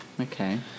Okay